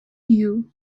you